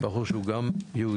בחור שהוא גם יהודי